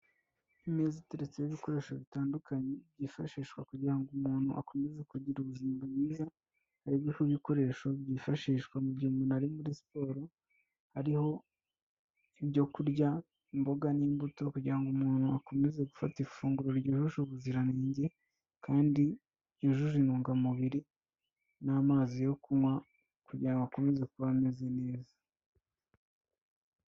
Imeza iteretseho ibikoresho bitandukanye byifashishwa kugira ngo umuntu akomeze kugira ubuzima bwiza, hariho ibibikoresho byifashishwa mu gihe umuntu ari muri siporo, hariho ibyo kurya, imboga n'imbuto kugira ngo umuntu akomeze gufata ifunguro ryujuje ubuziranenge kandi ryujuje intungamubiri n'amazi yo kunywa kugira ngo akomeze kuba ameze neza.